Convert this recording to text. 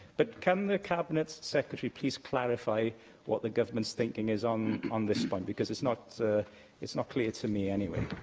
but can the cabinet secretary please clarify what the government's thinking is on on this point, because it's not it's not clear to me, anyway?